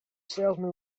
salesman